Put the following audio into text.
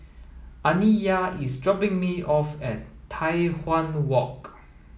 Aniyah is dropping me off at Tai Hwan Walk